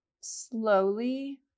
slowly